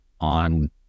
on